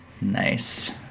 nice